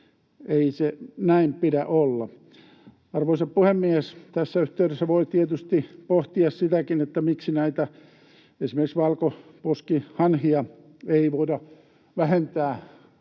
Ei sen näin pidä olla. Arvoisa puhemies! Tässä yhteydessä voi tietysti pohtia sitäkin, miksi esimerkiksi näitä valkoposkihanhia ei voida vähentää